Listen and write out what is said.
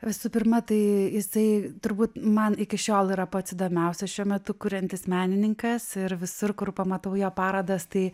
visų pirma tai jisai turbūt man iki šiol yra pats įdomiausias šiuo metu kuriantis menininkas ir visur kur pamatau jo parodas tai